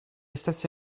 stesse